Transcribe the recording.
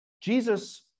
Jesus